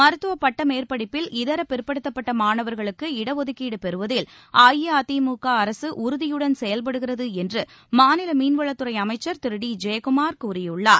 மருத்துவ பட்டமேற்படிப்பில் இதர பிற்படுத்தப்பட்ட மாணவர்களுக்கு இட ஒதுக்கீடு பெறுவதில் அஇஅதிமுக அரசு உறுதியுடன் செயல்படுகிறது என்று மாநில மீன்வளத்துறை அமைச்சர் திரு டி ஜெயக்குமார் கூறியுள்ளார்